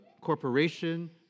corporation